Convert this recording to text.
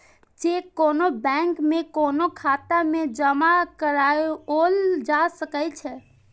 cheque कोनो bank में कोनो खाता मे जमा कराओल जा सकै छै